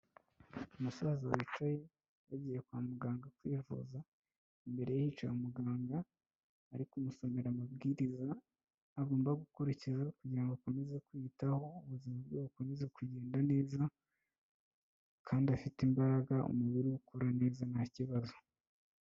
Umusaza wicaye yagiye kwa muganga kwivuza, imbere ye hicaye muganga ariko umusomera amabwiriza agomba gukurikizaho kugira akomeze kwiyitaho ubuzima bwe bukomeze kugenda neza kandi afite imbaraga umubiri ukura neza nta kibazo.